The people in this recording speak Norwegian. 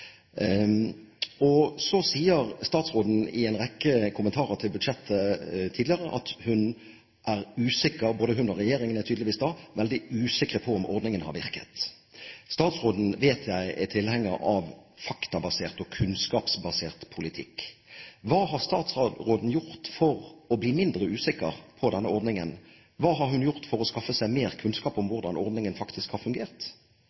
Så sier statsråden i en rekke kommentarer til budsjettet tidligere at hun er usikker – både hun og regjeringen, tydeligvis – på om ordningen har virket. Jeg vet at statsråden er tilhenger av faktabasert og kunnskapsbasert politikk. Hva har statsråden gjort for å bli mindre usikker på denne ordningen? Hva har hun gjort for å skaffe seg mer kunnskap om hvordan ordningen faktisk har fungert?